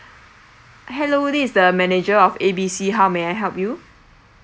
hello this is the manager of A B C how may I help you